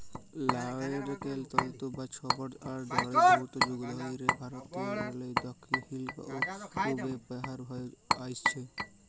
লাইড়কেল তল্তু বা ছবড়ার দড়ি বহুত যুগ ধইরে ভারতেরলে দখ্খিল অ পূবে ব্যাভার হঁয়ে আইসছে